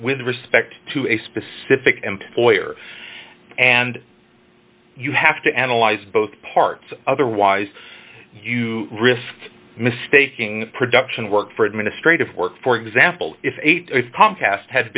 with respect to a specific employer and you have to analyze both parts otherwise you risk mistaking production work for administrative work for example if eight if comcast ha